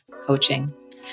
coaching